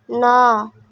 ନଅ